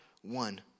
one